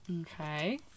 Okay